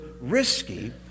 risky